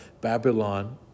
Babylon